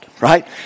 Right